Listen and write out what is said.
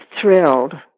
thrilled